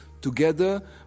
together